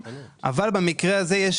אבל במקרה הזה,